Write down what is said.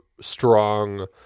strong